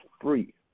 free